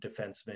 defenseman